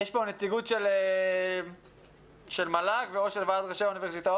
יש פה נציגות של מל"ג או של ועד ראשי האוניברסיטאות?